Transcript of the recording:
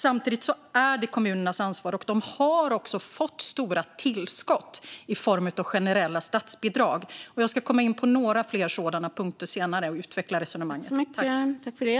Samtidigt är det här kommunernas ansvar, och de har också fått stora tillskott i form av generella statsbidrag. Jag ska komma in på några fler sådana punkter senare och utveckla resonemanget.